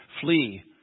Flee